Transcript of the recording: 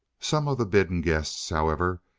some of the bidden guests, however,